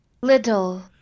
Little